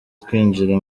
twinjira